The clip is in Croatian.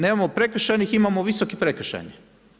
Nemamo prekršajnih, imamo visoki prekršajni.